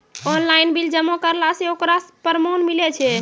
Online bill जमा करला से ओकरौ परमान मिलै छै?